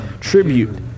tribute